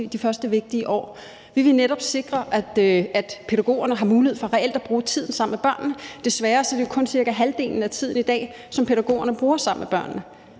de første vigtige år. Vi vil netop sikre, at pædagogerne har mulighed for reelt at bruge tiden sammen med børnene. Desværre er det jo i dag kun cirka halvdelen af tiden, som pædagogerne bruger sammen med børnene.